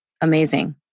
amazing